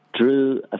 Drew